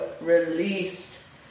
release